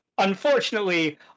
Unfortunately